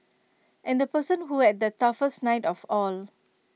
and the person who had the toughest night of all